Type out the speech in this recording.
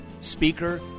speaker